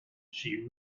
she